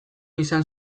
izan